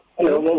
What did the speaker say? Hello